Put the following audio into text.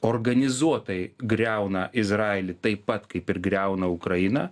organizuotai griauna izraelį taip pat kaip ir griauna ukrainą